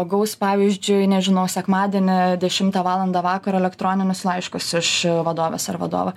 gaus pavyzdžiui nežinau sekmadienį dešimtą valandą vakaro elektroninius laiškus iš vadovės ar vadovo